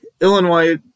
Illinois